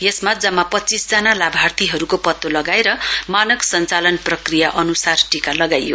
यसमा जम्मा पच्चीसजना लाभार्थीहरूको पतो लगाएर मानक सञ्चालन प्रक्रिया अन्सार टीका लगाइयो